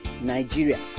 Nigeria